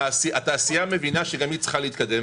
התעשייה מבינה שגם היא צריכה להתקדם,